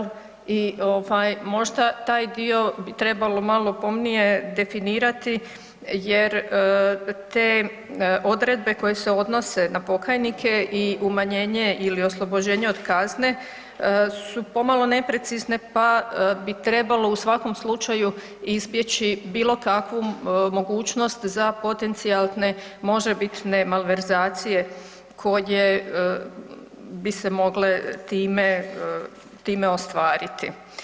I ovaj možda taj dio bi trebalo malo pomnije definirati jer te odredbe koje se odnose na pokajnike i umanjenje ili oslobođenje od kazne su pomalo neprecizne pa bi trebalo u svakom slučaju izbjeći bilo kakvu mogućnost za potencijalne možebitne malverzacije koje bi se mogle time, time ostvariti.